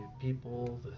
people